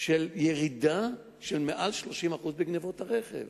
של ירידה של מעל 30% בגנבות רכב.